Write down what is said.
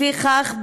לפיכך,